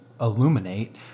illuminate